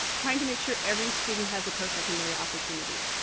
trying to make sure every student has a post-secondary opportunity.